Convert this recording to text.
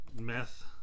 meth